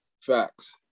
Facts